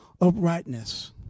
uprightness